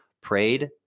prayed